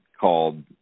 called